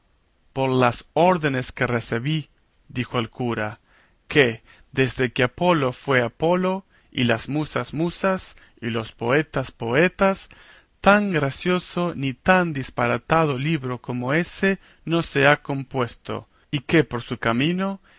por las órdenes que recebí dijo el cura que desde que apolo fue apolo y las musas musas y los poetas poetas tan gracioso ni tan disparatado libro como ése no se ha compuesto y que por su camino